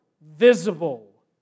visible